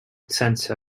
center